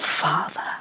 Father